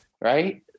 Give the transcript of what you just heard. right